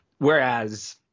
Whereas